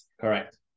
correct